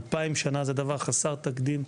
2,000 שנים, זה דבר חסר תקדים,